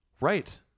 right